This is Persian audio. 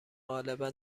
غالبا